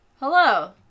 Hello